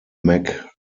mac